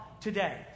today